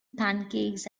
pancakes